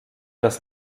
das